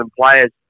players